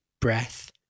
breath